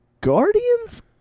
Guardians